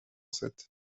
sept